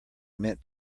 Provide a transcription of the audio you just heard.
meant